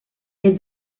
est